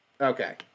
Okay